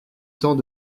temps